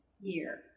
year